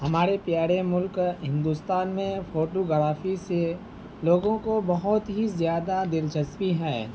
ہمارے پیارے ملک ہندوستان میں فوٹو گرافی سے لوگوں کو بہت ہی زیادہ دلچسپی ہے